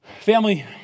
Family